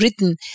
written